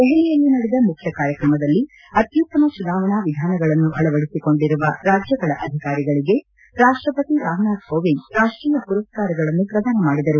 ದೆಹಲಿಯಲ್ಲಿ ನಡೆದ ಮುಖ್ಯ ಕಾರ್ಯಕ್ರಮದಲ್ಲಿ ಅತ್ಯುತ್ತಮ ಚುನಾವಣಾ ವಿಧಾನಗಳನ್ನು ಅಳವಡಿಸಿಕೊಂಡಿರುವ ರಾಜ್ಯಗಳ ಅಧಿಕಾರಿಗಳಿಗೆ ರಾಷ್ಟ್ರಪತಿ ರಾಮನಾಥ್ ಕೋವಿಂದ್ ರಾಷ್ಟೀಯ ಪುರಸ್ಕಾರಗಳನ್ನು ಪ್ರದಾನ ಮಾಡಿದರು